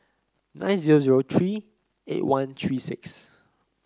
nine zero three eight one three six